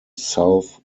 south